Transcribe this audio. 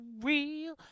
real